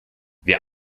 wir